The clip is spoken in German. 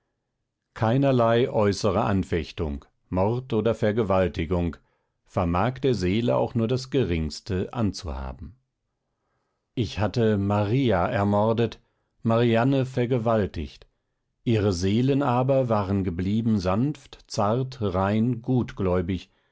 keinerlei äußere anfechtung mord oder vergewaltigung vermag der seele auch nur das geringste anzuhaben ich hatte maria ermordet marianne vergewaltigt ihre seelen aber waren geblieben sanft zart rein gutgläubig